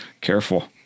Careful